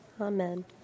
Amen